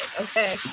okay